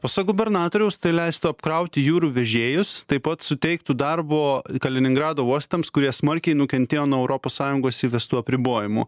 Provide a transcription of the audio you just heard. pasak gubernatoriaus tai leistų apkrauti jūrų vežėjus taip pat suteiktų darbo kaliningrado uostams kurie smarkiai nukentėjo nuo europos sąjungos įvestų apribojimų